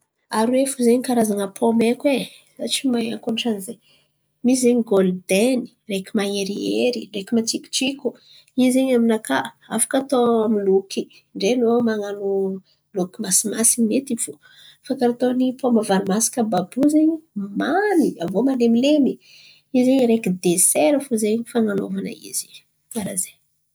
Aroe fo zen̈y karazan̈a pômy haiko e! Za tsy mahay ankôtran'zay misy zen̈y gôldeny ndreky maherihery ndreky matsiokotsioky in̈y zen̈y aminakà afaka atao amy loky ndre an̈ao manao loky masimasin̈y mety fo. Karà karàha ataony pômy varimasiky àby àby io zen̈y mamy aviô malemilemy in̈y zen̈y desera fo zen̈y fan̈anaovana izy. Karà zey.